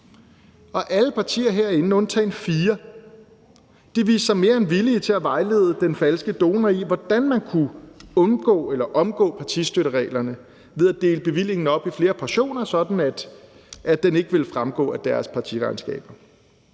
og alle partier herinde, undtagen fire, viste sig mere end villige til at vejlede den falske donor i, hvordan man kunne undgå eller omgå partistøttereglerne ved at dele bevillingen op i flere portioner, sådan at den ikke ville fremgå af deres partiregnskab.